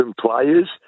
players